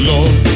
Lord